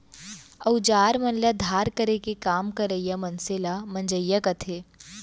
अउजार मन ल धार करे के काम करइया मनसे ल मंजइया कथें